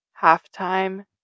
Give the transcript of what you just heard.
halftime